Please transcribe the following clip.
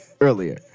earlier